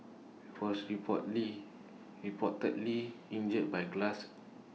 he was reportedly reportedly injured by glass